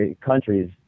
countries